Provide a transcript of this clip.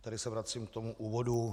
Tady se vracím k tomu úvodu.